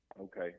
Okay